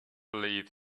believe